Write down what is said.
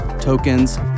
tokens